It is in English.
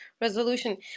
resolution